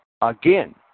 again